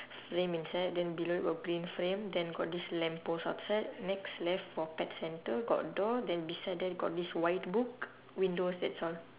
frame inside then below got green frame then got this lamp post outside next left for pet centre got door then beside then got this white book windows that's all